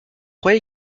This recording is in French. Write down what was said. qu’il